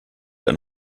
ein